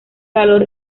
calor